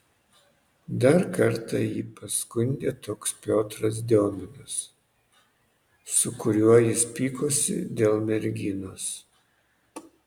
dar kartą jį paskundė toks piotras diominas su kuriuo jis pykosi dėl merginos